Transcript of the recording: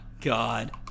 God